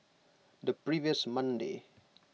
the previous Monday